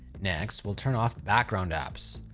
next we'll turn off the background apps.